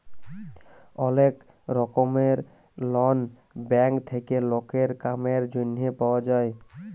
ওলেক রকমের loan bank থেক্যে লকের কামের জনহে পাওয়া যায়